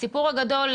הסיפור הגדול,